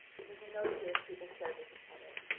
because in those years, people shared with each other.